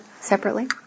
separately